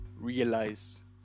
realize